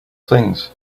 things